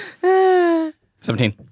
Seventeen